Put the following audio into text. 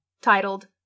titled